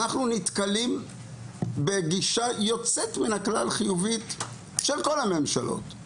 אנחנו נתקלים בגישה חיובית יוצאת מן הכלל של כל הממשלות.